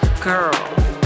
girl